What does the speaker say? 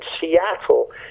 Seattle